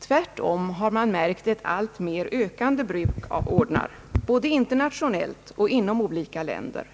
Tvärtom har man märkt ett alltmer ökande bruk av ordnar, både internationellt och inom olika länder.